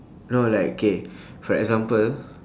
no like okay for example